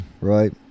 right